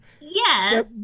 yes